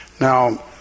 Now